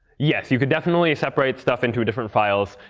yes, you could definitely separate stuff into different files.